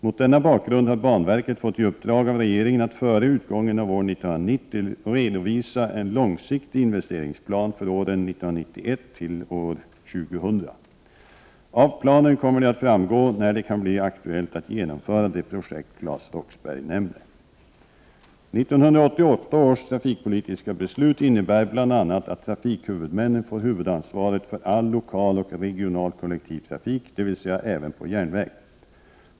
Mot denna bakgrund har banverket fått i uppdrag av regeringen att före utgången av år 1990 redovisa en långsiktig investeringsplan för åren 1991-2000. Av planen kommer det att framgå när det kan bli aktuellt att genomföra de projekt Claes Roxbergh nämner. 1988 års trafikpolitiska beslut innebär bl.a. att trafikhuvudmännen får huvudansvaret för all lokal och regional kollektivtrafik, dvs. även på järnväg.